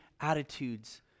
attitudes